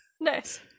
Nice